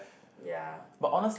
ya but